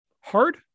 Hard